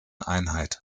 einheit